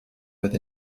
with